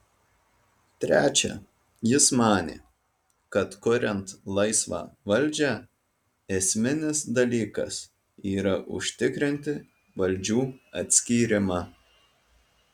trečia jis manė kad kuriant laisvą valdžią esminis dalykas yra užtikrinti valdžių atskyrimą